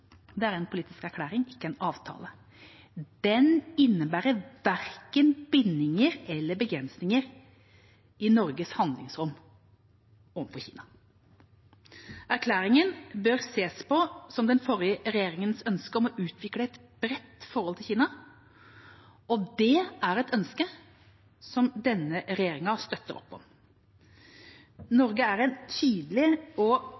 Det er en politisk erklæring, ikke en avtale. Den innebærer verken bindinger eller begrensninger i Norges handlingsrom overfor Kina. Erklæringen bør ses på som den forrige regjeringas ønske om å utvikle et bredt forhold til Kina. Det er et ønske som denne regjeringa støtter opp om. Norge er en tydelig og